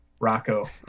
Rocco